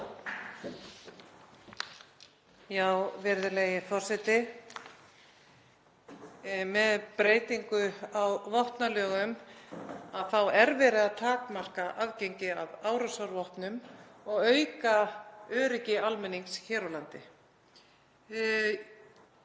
Virðulegi forseti. Með breytingu á vopnalögum er verið að takmarka aðgengi að árásarvopnum og auka öryggi almennings hér á landi.